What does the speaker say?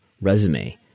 resume